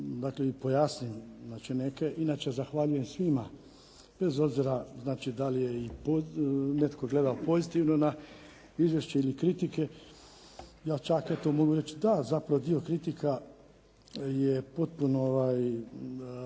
dakle i pojasnim neke, inače zahvaljujem svima bez obzira da li je netko gledao pozitivno na izvješće ili kritike. Ja čak eto mogu reći da zapravo dio kritika je potpuno